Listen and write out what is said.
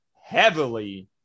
heavily